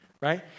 right